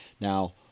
Now